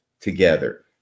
together